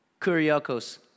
kuriakos